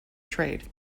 trade